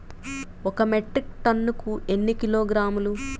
ఒక మెట్రిక్ టన్నుకు ఎన్ని కిలోగ్రాములు?